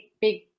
big